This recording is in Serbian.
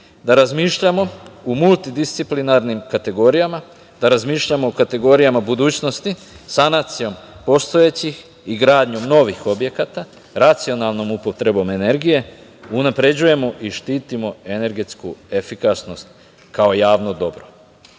da razmišljamo, o multidisciplinarnim kategorijama, da razmišljamo o kategorijama budućnosti, sanacijom postojećih i gradnjom novih objekata, racionalnom upotrebom energije, unapređujemo i štitimo energetsku efikasnost, kao javno dobro. Ne